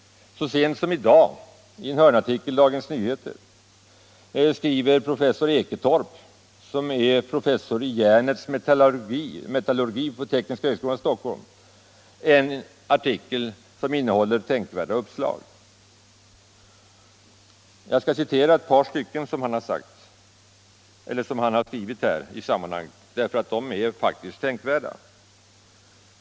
Så sent som i dag skriver i en hörnartikel i Dagens Nyheter professor Eketorp, som är professor i järnets metallurgi på tekniska högskolan i Stockholm, en artikel som innehåller tänkvärda uppslag. Jag skall citera ett stycke ur hans artikel, för det är faktiskt tänkvärt.